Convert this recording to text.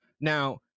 Now